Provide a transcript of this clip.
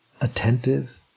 attentive